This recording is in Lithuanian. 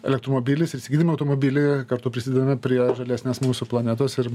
elektromobilis įsigydami automobilį kartu prisidedame prie žalesnės mūsų planetos ir